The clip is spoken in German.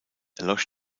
erlosch